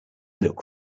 look